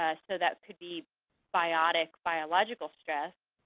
ah so that could be biotic, biological stress,